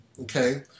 okay